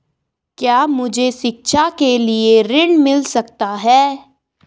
क्या मुझे शिक्षा के लिए ऋण मिल सकता है?